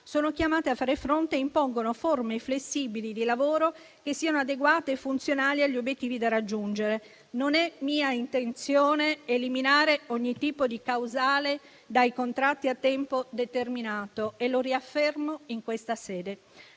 sono chiamate a fare fronte e impongono forme flessibili di lavoro che siano adeguate e funzionali agli obiettivi da raggiungere. Non è mia intenzione eliminare ogni tipo di causale dai contratti a tempo determinato e lo riaffermo in questa sede.